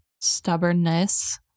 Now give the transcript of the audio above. stubbornness